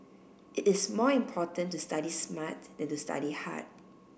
it is more important to study smart than to study hard